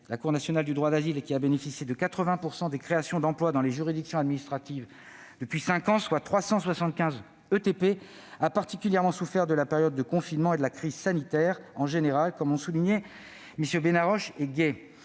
La Cour nationale du droit d'asile (CNDA), qui a bénéficié de 80 % des créations d'emplois dans les juridictions administratives depuis cinq ans, soit 375 ETP, a particulièrement souffert de la période de confinement et de la crise sanitaire en général, comme l'ont rappelé MM. Benarroche et Gay.